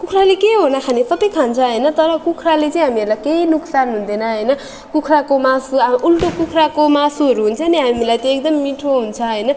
कुखुराले के हो नखाने सबै खान्छ होइन तर कुखुराले चाहिँ हामीहरूलाई केही नोक्सान हुँदैन होइन कुखुराको मासु उल्टो कुखुराको मासुहरू हुन्छ नि हामीलाई त एकदम मिठो हुन्छ होइन